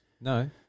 no